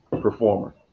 performer